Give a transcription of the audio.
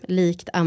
likt